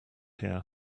here